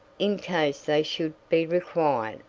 in case they should be required.